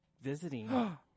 visiting